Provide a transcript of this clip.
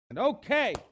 Okay